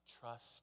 trust